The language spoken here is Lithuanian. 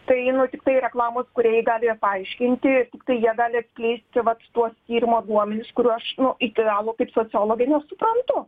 tai nu tiktai reklamos kūrėjai gali ir paaiškinti tiktai jie gali atskleisti vat tuos tyrimo duomenis kurių aš iki galo kaip sociologė nesuprantu